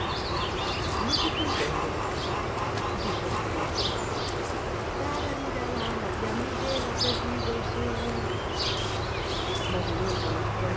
no te comprendo dijo cárlos tara ri ra x la tia miguela ha perdido su moduló el